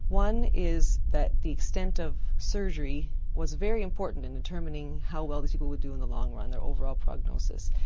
one is that the extent of surgery was very important in determining how well these people would do in the long run, their overall prognosis.